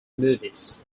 movies